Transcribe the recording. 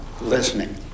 listening